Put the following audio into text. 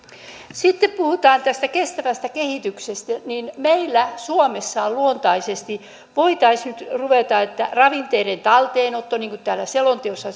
sitten kun puhutaan tästä kestävästä kehityksestä niin meillä suomessa luontaisesti voitaisiin nyt ruveta ravinteiden talteenottoon niin kuin täällä selonteossa